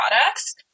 products